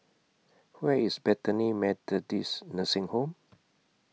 Where IS Bethany Methodist Nursing Home